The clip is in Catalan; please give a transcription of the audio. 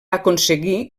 aconseguir